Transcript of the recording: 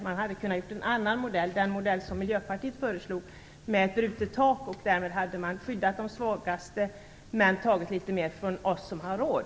Man hade kunnat använda en annan modell - den modell som Miljöpartiet föreslog med brutet tak - och därmed hade man skyddat de svagaste men tagit litet mer från oss som har råd.